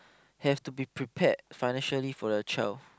have to be prepared financially for their child